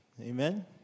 Amen